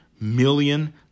million